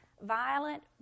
violent